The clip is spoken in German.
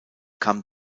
kam